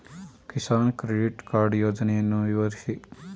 Kisan credit card ಯೋಜನೆಯನ್ನು ವಿವರಿಸಿ?